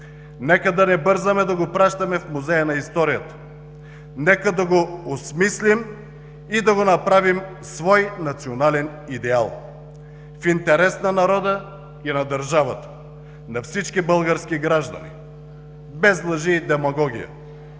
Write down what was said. Нека да не бързаме да го пращаме в музея на историята, нека да го осмислим и да го направим свой национален идеал в интерес на народа и на държавата, на всички български граждани, без лъжи и демагогия,